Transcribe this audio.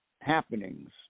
happenings